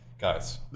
guys